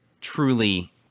truly